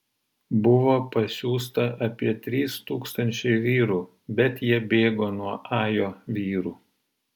buvo pasiųsta apie trys tūkstančiai vyrų bet jie bėgo nuo ajo vyrų